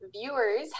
viewers